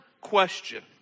question